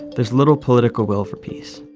there's little political will for peace.